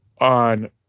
on